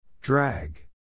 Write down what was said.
Drag